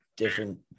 different